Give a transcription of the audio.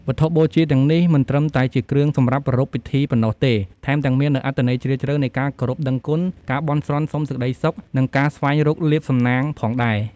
វត្ថុបូជាទាំងនេះមិនត្រឹមតែជាគ្រឿងសម្រាប់ប្រារព្ធពិធីប៉ុណ្ណោះទេ ថែមទាំងមាននូវអត្ថន័យជ្រាលជ្រៅនៃការគោរពដឹងគុណ ការបន់ស្រន់សុំសេចក្តីសុខ និងការស្វែងរកលាភសំណាងផងដែរ។